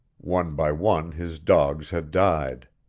one by one his dogs had died.